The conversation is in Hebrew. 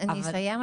אני כן פונה אליכם,